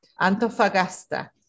Antofagasta